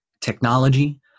technology